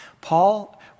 Paul